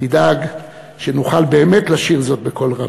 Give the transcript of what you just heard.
תדאג שנוכל באמת לשיר זאת בקול רם.